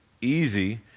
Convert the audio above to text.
easy